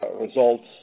results